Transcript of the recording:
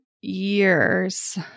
years